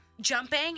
jumping